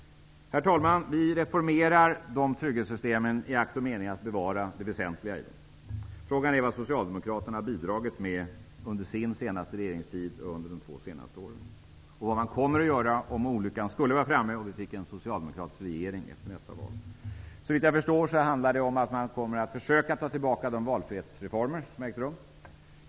Herr talman! Vi reformerar trygghetssystemen i akt och mening att bevara det väsentliga i dem. Frågan är vad socialdemokraterna har bidragit med under sin senaste regeringsperiod och under de två senaste åren. Frågan är också vad man kommer att göra om olyckan skulle vara framme och vi skulle få en socialdemokratisk regering efter nästa val. Såvitt jag förstår handlar det om att man kommer att försöka ta tillbaka de valfrihetsreformer som har ägt rum.